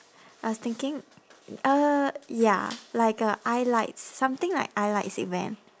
I was thinking uh ya like uh I lights something like I lights event